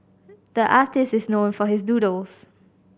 the artist is known for his doodles